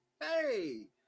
hey